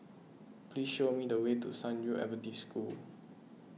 please show me the way to San Yu Adventist School